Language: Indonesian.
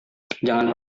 jangan